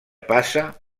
passa